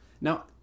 Now